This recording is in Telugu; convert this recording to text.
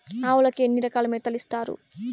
ఆవులకి ఎన్ని రకాల మేతలు ఇస్తారు?